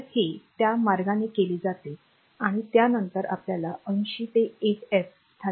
तर हे त्या मार्गाने केले जाते आणि त्यानंतर आपल्याकडे 80 ते 8F स्थाने आहेत